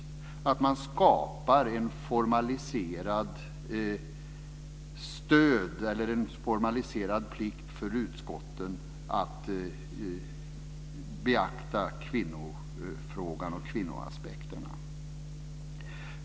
Man ska skapa en formaliserad plikt för utskotten att beakta kvinnofrågan och kvinnoaspekterna.